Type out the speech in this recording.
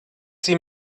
sie